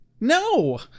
No